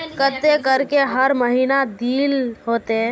केते करके हर महीना देल होते?